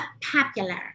popular